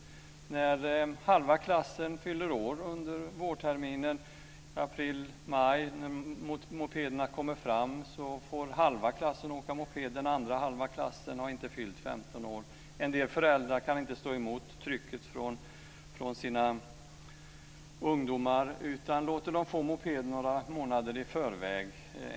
När halva klassen fyller år under vårterminen får den halva klassen åka moped när de kommer fram i april maj, och den andra halvan av klassen har inte fyllt 15 år. En del föräldrar kan inte stå emot trycket från sina ungdomar utan låter dem få mopeden några månader i förväg.